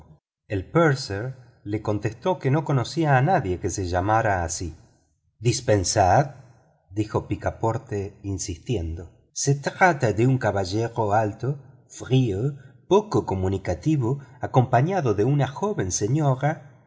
el purser le contestó que no conocía a nadie que se llamara así dispensad dijo picaporte insistiendo se trata de un caballero alto frío poco comunicativo acompañado de una joven señora